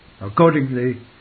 Accordingly